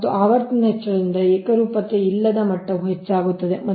ಮತ್ತು ಆವರ್ತನದ ಹೆಚ್ಚಳದೊಂದಿಗೆ ಏಕರೂಪತೆಯಿಲ್ಲದ ಮಟ್ಟವು ಹೆಚ್ಚಾಗುತ್ತದೆ